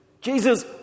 Jesus